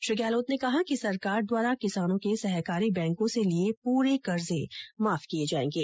श्री गहलोत ने कहा कि सरकार द्वारा किसानों के सहकारी बैंकों से लिए पूरे कर्जे माफ किए जाएंगे